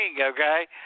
okay